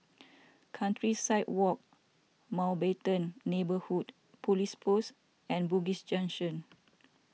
Countryside Walk Mountbatten Neighbourhood Police Post and Bugis Junction